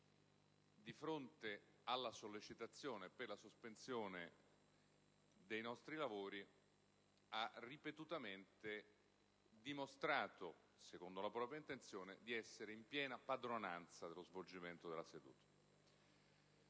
di fronte alla sollecitazione per la sospensione dei nostri lavori, ha ripetutamente dimostrato, secondo la propria intenzione, di essere in piena padronanza dello svolgimento della seduta.